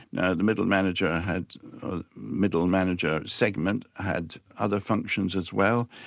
now the middle manager had middle manager segment had other functions as well,